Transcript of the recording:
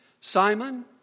Simon